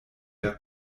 der